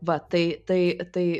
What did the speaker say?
va tai tai tai